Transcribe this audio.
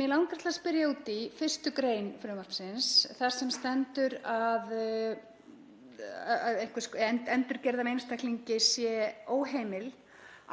Mig langar að spyrja út í 1. gr. frumvarpsins þar sem stendur að endurgerð af einstaklingi sé óheimil